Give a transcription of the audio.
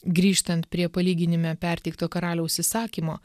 grįžtant prie palyginime perteikto karaliaus įsakymo